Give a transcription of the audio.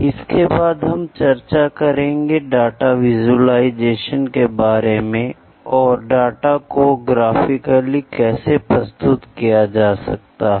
इसके बाद हम चर्चा करेंगे डाटा विजुलाइजेशन के बारे में और डाटा को ग्राफिकली कैसे प्रस्तुत किया जा सकता है